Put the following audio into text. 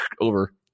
Over